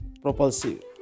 propulsive